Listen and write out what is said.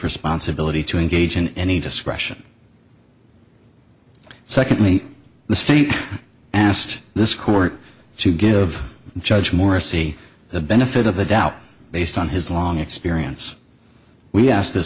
responsibility to engage in any discretion secondly the state asked this court to give judge morsi the benefit of the doubt based on his long experience we asked th